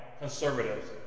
conservatives